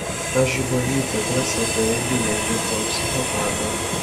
ažubalytė prasitarė bijanti to psichopato